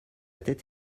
tête